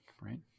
Right